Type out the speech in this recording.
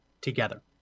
together